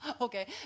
Okay